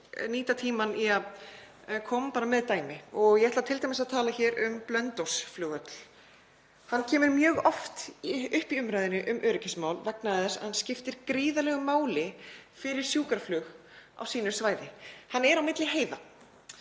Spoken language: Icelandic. nýta tímann í að koma með dæmi og ég ætla t.d. að tala hér um Blönduósflugvöll. Hann kemur mjög oft upp í umræðunni um öryggismál vegna þess að hann skiptir gríðarlegu máli fyrir sjúkraflug á sínu svæði. Hann er á milli heiða